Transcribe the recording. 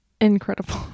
Incredible